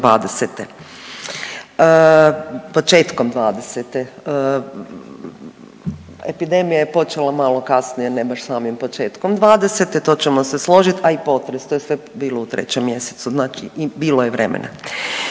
početkom '20., epidemija je počela malo kasnije ne baš samim početkom '20. to ćemo se složit, a i potres, to je sve bilo u 3. mjesecu znači bilo je vremena.